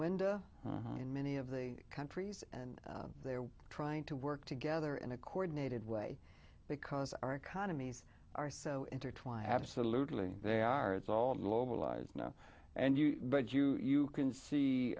winda in many of the countries and they're trying to work together in a coordinated way because our economies are so intertwined absolutely they are it's all globalized now and you but you you can see